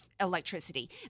electricity